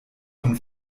von